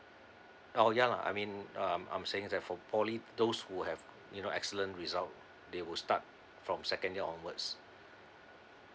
oh ya lah I mean um I'm saying that for poly those who have you know excellent result they will start from second year onwards